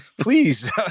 Please